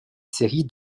série